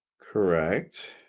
correct